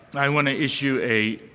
i want to issue a